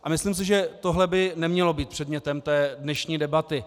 A myslím si, že tohle by nemělo být předmětem dnešní debaty.